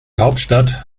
hauptstadt